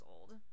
old